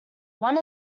one